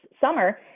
summer